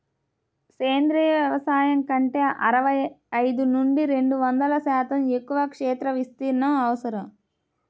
సేంద్రీయ వ్యవసాయం కంటే అరవై ఐదు నుండి రెండు వందల శాతం ఎక్కువ క్షేత్ర విస్తీర్ణం అవసరం